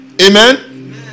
Amen